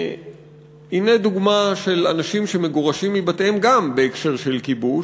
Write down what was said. והנה דוגמה של אנשים שמגורשים מבתיהם גם בהקשר של כיבוש,